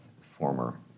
former